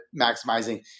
maximizing